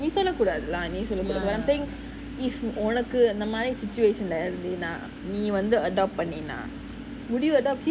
சொல்லக்கூடாதுல நீ சொல்ல கூடாது:sollakudaathula nee solla kudaathu you are saying if உனக்கு அந்த மாரி:unaku antha maari situation leh இருந்தினா:irunthinaa adopt பண்ணினா:panninaa would you adopt it